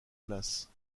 place